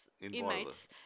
inmates